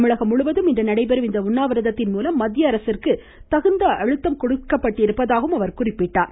தமிழகம் முழுவதும் இன்று நடைபெறும் இந்த உண்ணாவிரதததின் மூலம் மத்திய அரசிற்கு தகுந்த அழுத்த கொடுப்பதாக குறிப்பிட்டார்